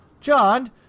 John